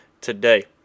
today